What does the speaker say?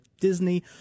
disney